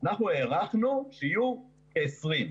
אנחנו הערכנו שיהיו כ-20.